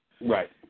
Right